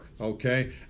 Okay